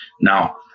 Now